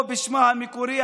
או בשמה המקורי,